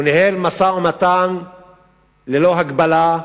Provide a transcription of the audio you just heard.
הוא ניהל משא-ומתן ללא הגבלה,